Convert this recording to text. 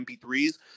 mp3s